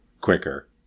quicker